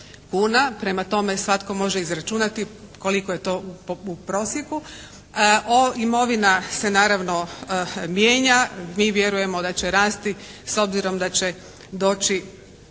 Prema tome svatko može izračunati koliko je to u prosjeku. O, imovina se naravno mijenja. Mi vjerujemo da će rasti s obzirom da će doći